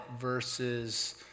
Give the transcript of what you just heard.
versus